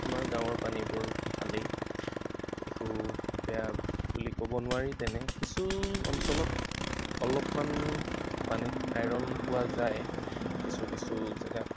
আমাৰ গাঁৱৰ পানীবোৰ ভালেই একো বেয়া বুলি ক'ব নোৱাৰি তেনেই কিছু অঞ্চলত অলপমান পানীত আইৰণ পোৱা যায় কিছু কিছু জেগাত